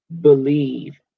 believe